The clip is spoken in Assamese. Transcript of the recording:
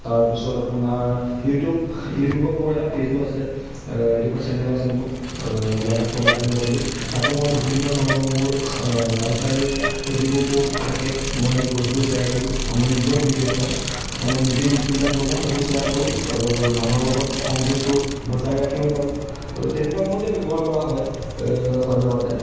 তাৰপিছত আপোনাৰ ইউটিউব ইউটিউবত মোৰ এটা পেজো আছে ইউটিউবৰ চেনেল আছে মোৰ গোলাঘাট কলাকেন্দ্ৰ বুলি তাতো মই বিভিন্ন ধৰণৰ মোৰ কালচাৰেল যিবোৰ প'ষ্ট থাকে মই সেই প'ষ্টবোৰ শ্বেয়াৰ কৰোঁ মোৰ নিজৰ ভিডিঅ' সব আৰু মই নিজে ইনষ্ট্ৰুমেণ্ট বজাওঁ সেইবোৰ শ্বেয়াৰ কৰোঁ মানুহৰ লগত সংযোগটো বজাই ৰাখিব পাৰোঁ তেনেকুৱা কামতে ব্যৱহাৰ কৰা হয় সদ্যহতে